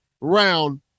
round